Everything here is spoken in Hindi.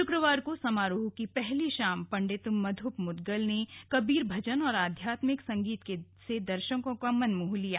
शुक्रवार को समारोह की पहली शाम पंडित मध्यप मुदगल ने कबीर भजन और आध्यात्मिक संगीत से दर्शकों का मन मोह लिया